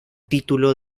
título